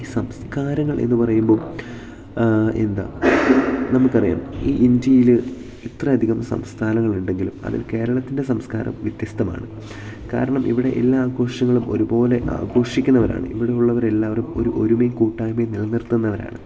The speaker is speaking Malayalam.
ഈ സംസ്കാരങ്ങൾ എന്ന് പറയുമ്പം എന്താ നമുക്കറിയാം ഈ ഇന്ത്യയിൽ ഇത്രയധികം സംസ്ഥാനങ്ങളുണ്ടെങ്കിലും അതിൽ കേരളത്തിൻ്റെ സംസ്കാരം വ്യത്യസ്തമാണ് കാരണം ഇവിടെ എല്ലാ ആഘോഷങ്ങളും ഒരുപോലെ ആഘോഷിക്കുന്നവരാണ് ഇവിടെയുള്ളവരെല്ലാവരും ഒരു ഒരുമയും കൂട്ടായ്മയും നിലനിർത്തുന്നവരാണ്